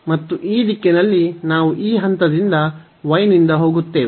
ಮತ್ತು ಈ ದಿಕ್ಕಿನಲ್ಲಿ ನಾವು ಈ ಹಂತದಿಂದ y ನಿಂದ ಹೋಗುತ್ತೇವೆ